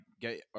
get